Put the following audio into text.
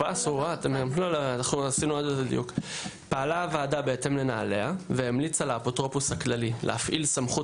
הוועדה בהתאם לנהליה והמליצה לאפוטרופוס הכללי להפעיל סמכות